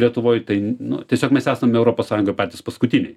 lietuvoj tai nu tiesiog mes esam europos sąjungoj patys paskutiniai